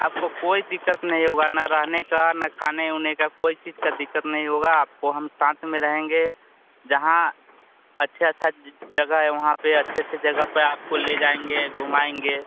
आपको कोई दिक्कत नहीं होगी न रहने का न खाने ओने का कोई चीज़ की दिक्कत नहीं होगी आपको हम साथ में रहेंगे जहाँ अच्छा अच्छा जगह है वहाँ पर अच्छे अच्छे जगह पर आपको ले जाएँगे घुमाएँगे